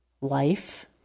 life